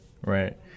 Right